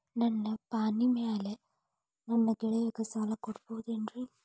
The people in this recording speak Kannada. ನನ್ನ ಪಾಣಿಮ್ಯಾಲೆ ನನ್ನ ಗೆಳೆಯಗ ಸಾಲ ಕೊಡಬಹುದೇನ್ರೇ?